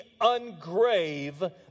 ungrave